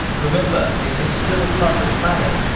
remember, this is still part of planning.